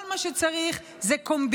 כל מה שצריך זה קומבינה.